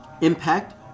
impact